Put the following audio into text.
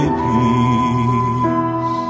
peace